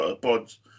pods